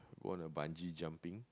you want to bungee jumping